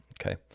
Okay